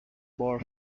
bar